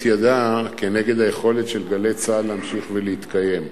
ידה כנגד היכולת של "גלי צה"ל" להמשיך ולהתקיים.